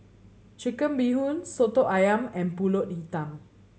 Chicken Bee Hoon Soto Ayam and Pulut Hitam